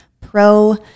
pro